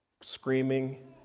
screaming